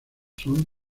son